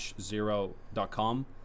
zero.com